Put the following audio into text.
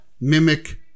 mimic